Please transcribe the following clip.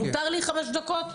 מותר לי חמש דקות?